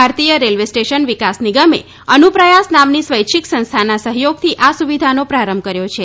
ભારતીય railway station વિકાસ નિગમે અનુપ્રયાસ નામની સ્વૈચ્છિક સંસ્થાના સહયોગથી આ સુવિધાનો પ્રારંભ કર્યો છે